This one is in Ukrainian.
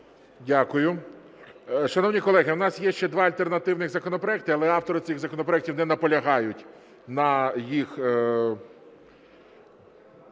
Дякую. Шановні колеги, в нас є ще два альтернативних законопроекти, але автори цих законопроектів не наполягають на